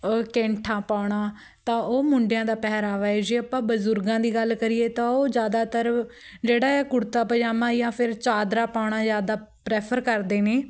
ਕੈਂਠਾ ਪਾਉਣਾ ਤਾਂ ਉਹ ਮੁੰਡਿਆਂ ਦਾ ਪਹਿਰਾਵਾ ਹੈ ਜੇ ਆਪਾਂ ਬਜ਼ੁਰਗਾਂ ਦੀ ਗੱਲ ਕਰੀਏ ਤਾਂ ਉਹ ਜ਼ਿਆਦਾਤਰ ਜਿਹੜਾ ਹੈ ਕੁੜਤਾ ਪਜਾਮਾ ਜਾਂ ਫਿਰ ਚਾਦਰਾ ਪਾਉਣਾ ਜ਼ਿਆਦਾ ਪ੍ਰੈਫਰ ਕਰਦੇ ਨੇ